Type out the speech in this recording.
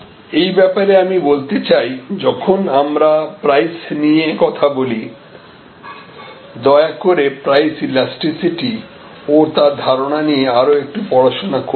এই এই ব্যাপারে আমি বলতে চাই যখন আমরা প্রাইস নিয়ে কথা বলি দয়া করে প্রাইস ইলাস্টিসিটি ও তার ধারণা নিয়ে আরো একটু পড়াশোনা করবেন